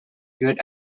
good